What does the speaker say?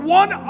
one